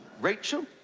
rachel,